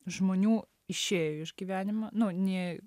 žmonių išėjo iš gyvenimo nu nė